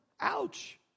ouch